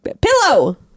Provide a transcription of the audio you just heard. pillow